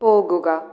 പോകുക